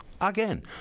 Again